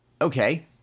Okay